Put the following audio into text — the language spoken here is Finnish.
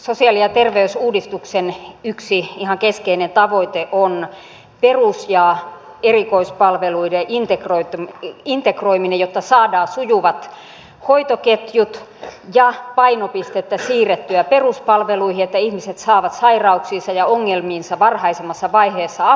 sosiaali ja terveysuudistuksen yksi ihan keskeinen tavoite on perus ja erikoispalveluiden integroiminen jotta saadaan sujuvat hoitoketjut ja painopistettä siirrettyä peruspalveluihin että ihmiset saavat sairauksiinsa ja ongelmiinsa varhaisemmassa vaiheessa apua